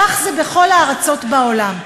כך זה בכל הארצות בעולם.